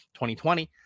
2020